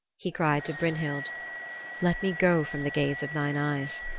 he cried to brynhild let me go from the gaze of thine eyes.